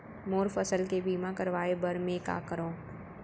मोर फसल के बीमा करवाये बर में का करंव?